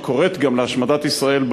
שקוראת גם להשמדת ישראל,